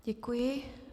Děkuji.